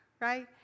right